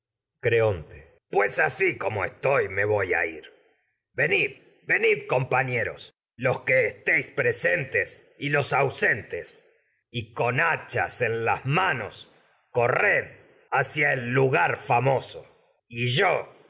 creonte pues así como estoy me voy a y ir venid venid compañeros los que estáis presentes tes y con los ausen hachas en las manos corred hacia el lugar antígona famoso